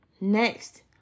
next